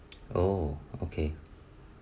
oh okay